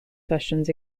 sessions